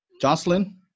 Jocelyn